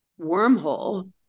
wormhole